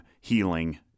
healing